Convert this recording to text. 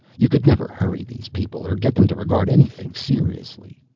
you could never hurry these people or get them to regard anything seriously.